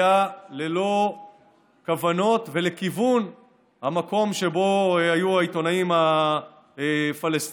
היה ללא כוונות ולכיוון המקום שבו היו העיתונאים הפלסטינים.